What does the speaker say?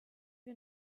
wir